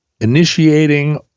initiating